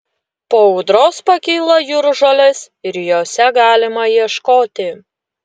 po audros pakyla jūržolės ir jose galima ieškoti